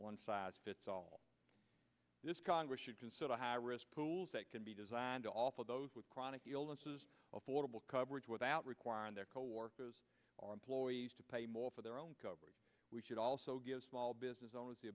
one size fits all this congress should consider high risk pools that can be designed to offer those with chronic illnesses affordable coverage without requiring their coworkers or employees to pay more for their own coverage we should also give small business owners the